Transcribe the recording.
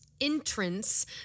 entrance